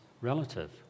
relative